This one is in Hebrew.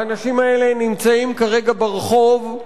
האנשים האלה נמצאים כרגע ברחוב,